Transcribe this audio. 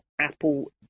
apple